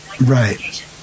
Right